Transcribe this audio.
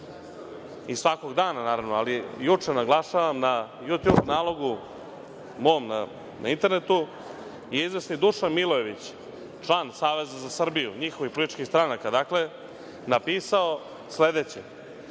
i svakog dana, naravno, ali juče, naglašavam, na Jutjub nalogu mom, na Internetu, je izvesni Dušan Milojević, član Saveza za Srbiju, njihovih političkih stranaka, napisao sledeće: